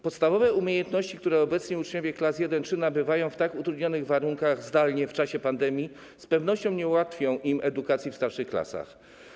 Podstawowe umiejętności, które obecnie uczniowie klas I-III nabywają w tak utrudnionych warunkach, zdalnie, w czasie pandemii, z pewnością nie ułatwią im edukacji w starszych klasach.